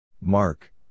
Mark